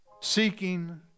seeking